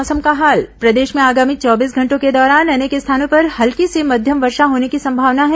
मौसम प्रदेश में आगामी चौबीस घंटों के दौरान अनेक स्थानों पर हल्की से मध्यम वर्षा होने की संभावना है